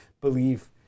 believe